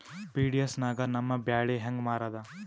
PDS ನಾಗ ನಮ್ಮ ಬ್ಯಾಳಿ ಹೆಂಗ ಮಾರದ?